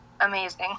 amazing